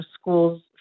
schools